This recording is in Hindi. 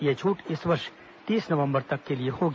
यह छूट इस वर्ष तीस नवम्बर तक के लिए होगी